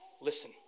Listen